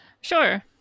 Sure